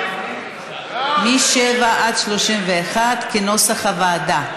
סעיפים 7 31, כהצעת הוועדה,